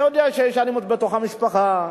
אני יודע שיש אלימות בתוך המשפחה,